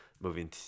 moving